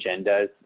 agendas